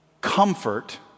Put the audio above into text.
comfort